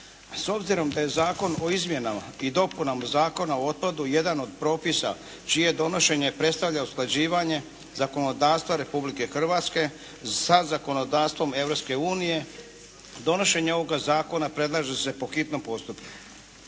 S obzirom da je Zakon o izmjenama i dopunama Zakona o otpadu jedan od propisa čije donošenje predstavlja usklađivanje zakonodavstva Republike Hrvatske sa zakonodavstvom Europske unije, donošenje ovog zakona predlaže se po hitnom postupku.